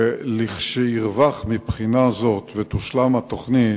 כשירווח מבחינה זו ותושלם התוכנית,